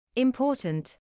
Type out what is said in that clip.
Important